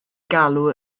galw